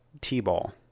t-ball